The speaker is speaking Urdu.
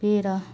پیرا